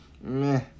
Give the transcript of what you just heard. meh